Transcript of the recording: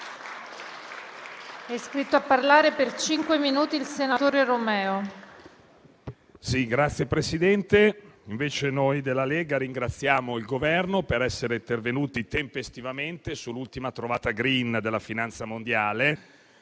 Signor Presidente, invece noi della Lega ringraziamo il Governo per essere intervenuti tempestivamente sull'ultima trovata *green* della finanza mondiale,